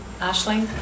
Ashley